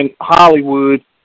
Hollywood